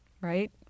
right